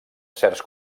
certs